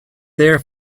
their